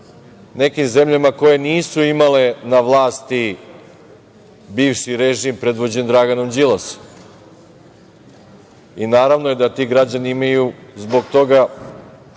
nekim zemljama koje nisu imale na vlasti bivši režim predvođen Draganom Đilasom. Naravno da ti građani imaju zbog toga